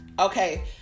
okay